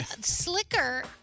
slicker